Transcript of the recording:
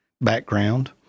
background